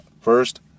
First